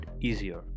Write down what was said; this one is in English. easier